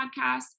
podcast